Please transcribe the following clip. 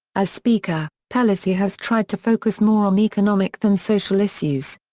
as speaker, pelosi has tried to focus more on economic than social issues.